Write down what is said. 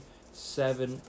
seven